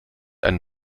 einen